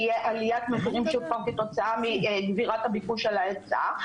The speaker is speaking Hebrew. תהיה עליית מחירים כתוצאה מהתגברות הביקוש על ההיצע,